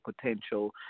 potential